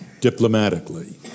diplomatically